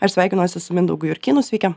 aš sveikinuosi su mindaugu jurkynu sveiki